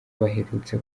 baherutse